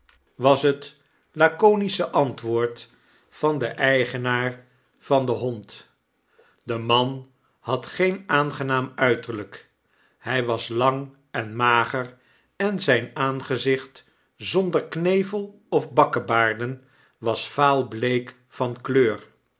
mortibooi het laconische antwoord van den eigenaar van den hond de man had geen aangenaam uiterlgk hy was lang en mager en zyn aangezicht zonder knevel of bakkebaarden was vaalbleek van kleur